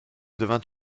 devint